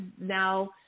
now